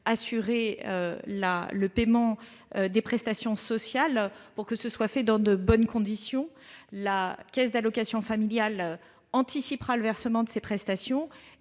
assureront le paiement des prestations sociales, afin que tout se passe dans de bonnes conditions. La caisse d'allocations familiales anticipera le versement de ces prestations